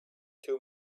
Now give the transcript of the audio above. two